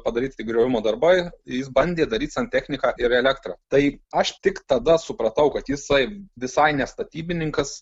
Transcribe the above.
padaryti griovimo darbai jis bandė daryt santechniką ir elektrą tai aš tik tada supratau kad jisai visai ne statybininkas